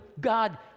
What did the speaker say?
God